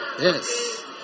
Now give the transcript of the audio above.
Yes